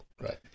Right